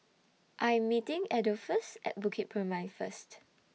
I Am meeting Adolphus At Bukit Purmei First